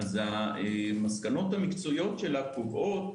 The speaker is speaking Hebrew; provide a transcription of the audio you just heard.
המסקנות המקצועיות שלה קובעות,